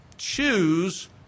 Choose